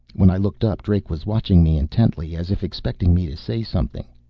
when i looked up, drake was watching me intently, as if expecting me to say something.